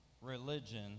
religion